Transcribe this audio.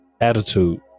Attitude